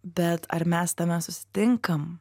bet ar mes tame susitinkam